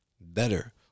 better